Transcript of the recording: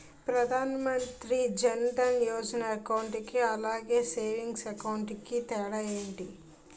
Pradhan Mantri Jan Dhan Yojana account కి అలాగే savings account కి తేడా ఏంటి?